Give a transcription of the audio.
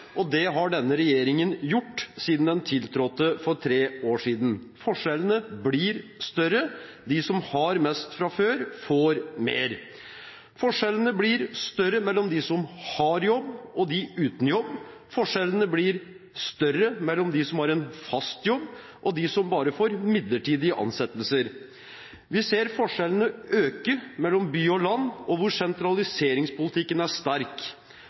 og det har denne regjeringen gjort siden den tiltrådte for tre år siden. Forskjellene blir større. De som har mest fra før, får mer. Forskjellene blir større mellom dem som har jobb, og dem uten jobb. Forskjellene blir større mellom dem som har en fast jobb, og dem som bare får midlertidige ansettelser. Vi ser forskjellene øke mellom by og land og der hvor sentraliseringspolitikken er sterk.